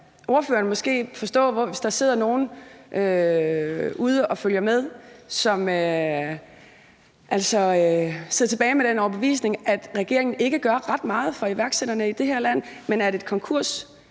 hvis der sidder nogen ude og følger med, sidder nogle tilbage med den overbevisning, at regeringen ikke gør ret meget for iværksætterne i det her land, men at et